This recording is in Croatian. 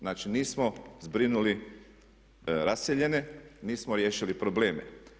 Znači, nismo zbrinuli raseljene, nismo riješili probleme.